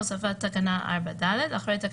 ובהתקיים דחיפות כאמור בסעיף 4(ד)(3) לחוק,